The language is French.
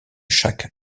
chaque